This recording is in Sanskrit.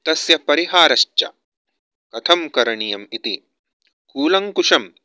तस्य परिहारश्च कथं करणीयम् इति कूलङ्कुशं